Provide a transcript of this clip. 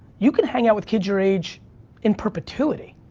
you could hang out with kids your age in perpetuity.